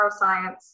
neuroscience